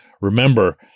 remember